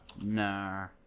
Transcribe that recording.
Nah